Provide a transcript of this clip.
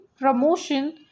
promotion